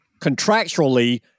contractually